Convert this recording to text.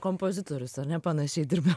kompozitorius ar ne panašiai dirba